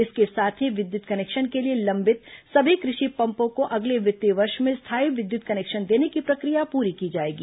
इसके साथ ही विद्युत कनेक्शन के लिए लंबित सभी कृषि पम्पों को अगले वित्तीय वर्ष में स्थायी विद्युत कनेक्शन देने की प्रक्रिया पूरी की जाएगी